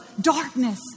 darkness